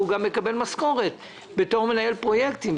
גם מקבל משכורת בתור מנהל פרויקטים.